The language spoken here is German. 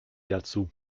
dazu